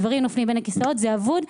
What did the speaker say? הדברים נופלים בין הכיסאות וזה אבוד.